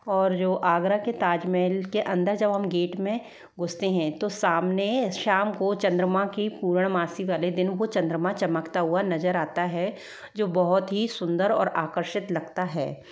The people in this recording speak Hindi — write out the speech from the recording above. और जो आगरा के ताजमहल के अंदर जब हम गेट में घुसते हैं तो सामने शाम को चंद्रमा की पूर्णमासी वाले दिन वह चन्द्रमा चमकता हुआ नजर आता है जो बहुत ही सुन्दर और आकर्षित लगता है